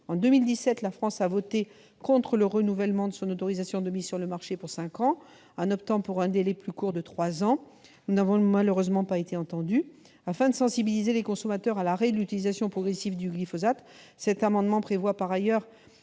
En 2017, la France a voté contre le renouvellement pour cinq ans de l'autorisation de mise sur le marché du glyphosate, en optant pour un délai plus court de trois ans. Nous n'avons malheureusement pas été entendus. Afin de sensibiliser les consommateurs à l'arrêt progressif de l'utilisation du glyphosate, cet amendement prévoit par ailleurs